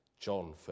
John